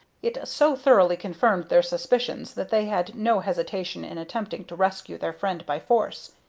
it so thoroughly confirmed their suspicions that they had no hesitation in attempting to rescue their friend by force,